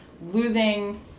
losing